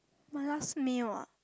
my last meal ah